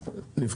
אליכם.